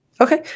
Okay